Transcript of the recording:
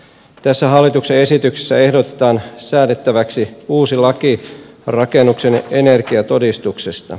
tässä hallituksen esityksessä ehdotetaan säädettäväksi uusi laki rakennuksen energiatodistuksesta